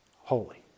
holy